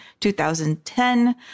2010